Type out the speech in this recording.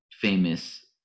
famous